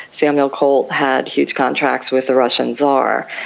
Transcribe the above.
samuel colt had huge contracts with the russian tsar.